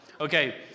Okay